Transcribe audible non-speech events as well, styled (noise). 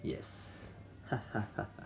yes (laughs)